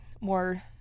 more